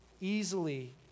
easily